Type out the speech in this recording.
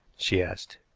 she asked.